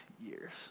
years